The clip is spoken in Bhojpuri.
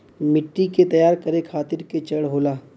मिट्टी के तैयार करें खातिर के चरण होला?